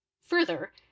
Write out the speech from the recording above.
Further